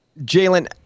Jalen